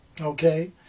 okay